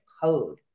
code